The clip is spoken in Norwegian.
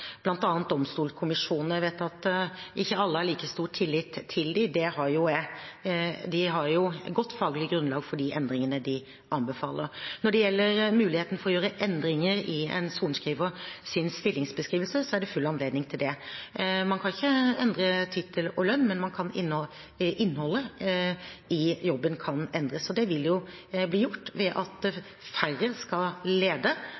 jo jeg. De har godt faglig grunnlag for de endringene de anbefalinger. Når det gjelder muligheten for å gjøre endringer i en sorenskrivers stillingsbeskrivelse, er det full anledning til det. Man kan ikke endre tittel og lønn, men innholdet i jobben kan endres. Det vil bli gjort ved at færre skal lede